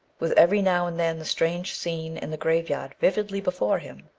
with every now and then the strange scene in the grave-yard vividly before him,